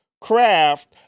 craft